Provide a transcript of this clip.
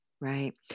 Right